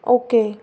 okay